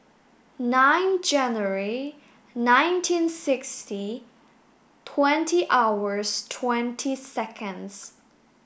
nine January nineteen sixty twenty hours twenty seconds